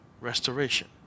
restoration